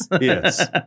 yes